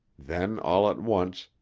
then, all at once,